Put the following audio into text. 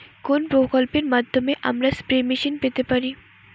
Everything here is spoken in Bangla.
কোন প্রকল্পের মাধ্যমে আমরা স্প্রে মেশিন পেতে পারি?